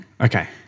Okay